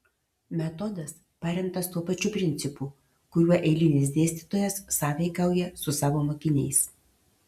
metodas paremtas tuo pačiu principu kuriuo eilinis dėstytojas sąveikauja su savo mokiniais